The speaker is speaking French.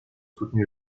soutenu